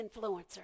influencer